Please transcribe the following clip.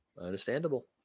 Understandable